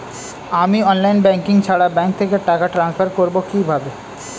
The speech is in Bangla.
আমি অনলাইন ব্যাংকিং ছাড়া ব্যাংক থেকে টাকা ট্রান্সফার করবো কিভাবে?